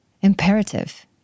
imperative